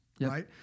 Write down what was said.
right